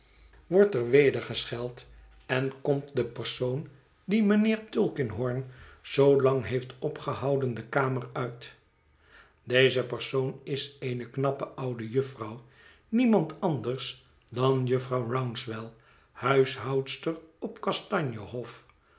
wordt er weder gescheld en komt dé persoon die mijnheer tulkinghorn zoolang heeft opgehouden de kamer uit deze persoon is eene knappe oude jufvrouw niemand anders dan jufvrouw rouncewell huishoudster op kastanje hof